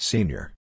Senior